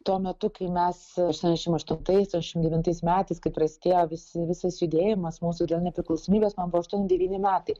tuo metu kai mes aštuoniasdešim aštuntais devintais metais kai prasidėjo visi visas judėjimas mūsų dėl nepriklausomybės man buvo aštuoni devyni metai